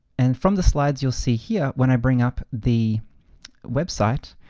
and from the slides you'll see here when i bring up the website.